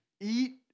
eat